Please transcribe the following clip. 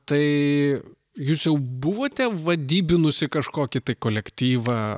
tai jūs jau buvote vadybinusi kažkokį tai kolektyvą